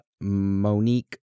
Monique